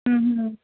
ਹੂੰ ਹੂੰ